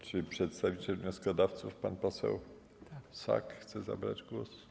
Czy przedstawiciel wnioskodawców pan poseł Sak chce zabrać głos?